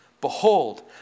Behold